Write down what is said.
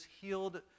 healed